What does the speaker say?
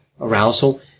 arousal